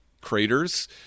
craters